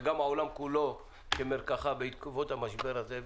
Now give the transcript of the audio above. וגם העולם כולו כמרקחה בעקבות המשבר הזה.